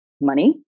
money